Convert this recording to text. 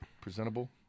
presentable